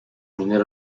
minero